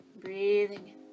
Breathing